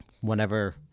whenever